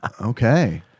Okay